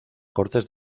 cortes